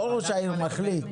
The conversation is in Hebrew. לא ראש העיר מחליט.